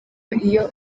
iyo